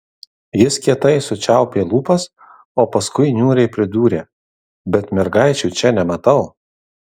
jis kietai sučiaupė lūpas o paskui niūriai pridūrė bet mergaičių čia nematau